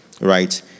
right